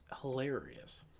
hilarious